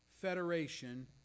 federation